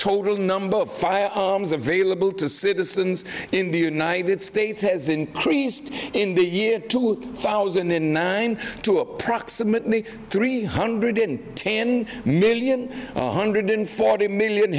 total number of available to citizens in the united states has increased in the year two thousand and nine to approximately three hundred and ten million one hundred forty million